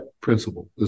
principle